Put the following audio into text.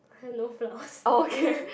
no flowers